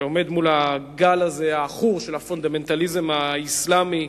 שעומד מול הגל העכור הזה של הפונדמנטליזם האסלאמי,